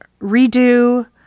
Redo